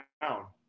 down